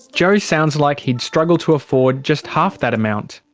joe sounds like he'd struggle to afford just half that amount.